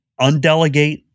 undelegate